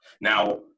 Now